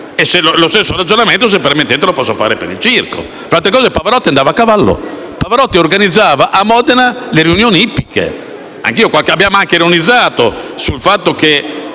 più. Lo stesso ragionamento, se me lo permettete, posso fare per il circo. Fra le altre cose, Pavarotti andava a cavallo e organizzava a Modena riunioni ippiche. Abbiamo anche ironizzato sul fatto che